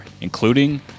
including